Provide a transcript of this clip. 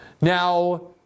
Now